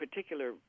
Particular